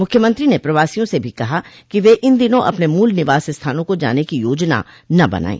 मुख्यमंत्री ने प्रवासियों से भी कहा कि वे इन दिनों अपने मूल निवास स्थानों को जाने की योजना न बनाएं